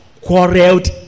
quarreled